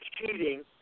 cheating